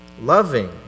loving